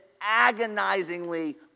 agonizingly